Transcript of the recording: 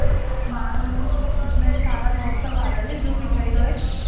ਸਮਾਨ ਤੁਸੀਂ ਮੈਨੂੰ ਸਾਰਾ ਨੋਟ ਕਰਵਾ ਦਿਆ ਜੇ ਜੋ ਵੀ ਚਾਹੀਦਾ ਹੋਵੇ